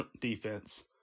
defense